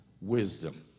wisdom